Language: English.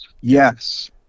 yes